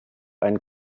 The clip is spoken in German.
einen